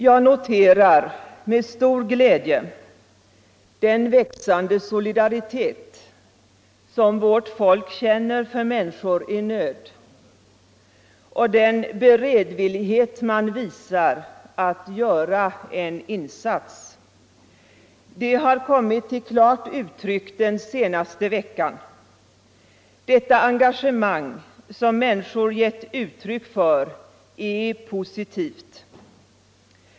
Jag noterar med stor glädje den växande solidaritet som vårt folk känner för människor i nöd och den beredvillighet man visar att göra en insats. Det har kommit till klart uttryck den senaste veckan. Detta engagemang som människor gett uttryck för är positivt.